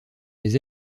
les